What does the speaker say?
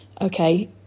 Okay